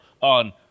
on